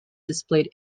displayed